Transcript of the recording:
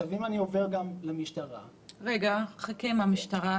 אם אני עובר גם למשטרה --- רגע, חכה עם המשטרה.